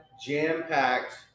jam-packed